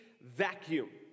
vacuum